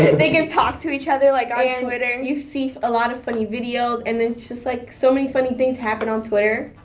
they can talk to each other like on ah twitter. and you see a lot of funny videos and it's just like so many funny things happen on twitter.